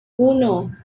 uno